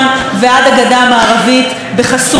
בחסות דברי הבלע האלה,